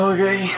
Okay